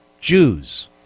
Jews